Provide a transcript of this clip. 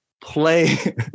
Play